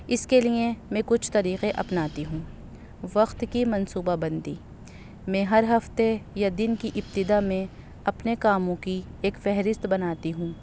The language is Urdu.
اس کے لیے میں کچھ طریقے اپناتی ہوں وقت کی منصوبہ بندی میں ہر ہفتے یا دن کی ابتدا میں اپنے کاموں کی ایک فہرست بناتی ہوں